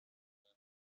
بکنم